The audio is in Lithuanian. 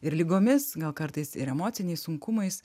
ir ligomis gal kartais ir emociniais sunkumais